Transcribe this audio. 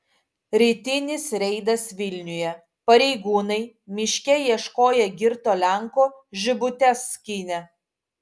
rytinis reidas vilniuje pareigūnai miške ieškoję girto lenko žibutes skynė